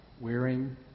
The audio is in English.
wearing